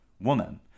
woman